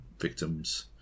victims